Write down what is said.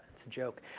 it's a joke.